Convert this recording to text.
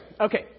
okay